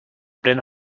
pleno